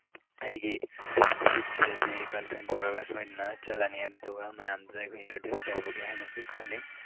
ꯑꯩꯒꯤ ꯕꯤꯖꯤꯠꯁꯤꯗꯗꯤ girl friend ꯄꯨꯔꯒ ꯁꯣꯏꯗꯅ ꯆꯠꯂꯅꯤ ꯑꯗꯨꯗꯨꯒ ꯃꯌꯥꯝꯗꯨꯗ ꯑꯩꯈꯣꯏ ꯏꯟꯇ꯭ꯔꯣꯗ꯭ꯌꯨꯁ ꯇꯧꯔꯨꯒꯦ ꯍꯥꯏꯅꯁꯨ ꯈꯜꯂꯤ